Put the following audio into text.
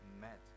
met